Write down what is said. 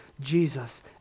Jesus